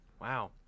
Wow